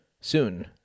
Soon